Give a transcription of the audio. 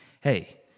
Hey